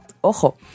¡ojo